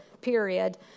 period